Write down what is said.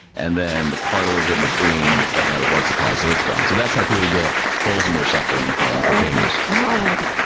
and then the cartilage in between doesn't have a blood supply. so, it's gone. so that's how people get holes in their septum from cocaine use. ugh, god,